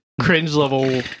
cringe-level